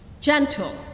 gentle